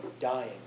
dying